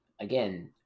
again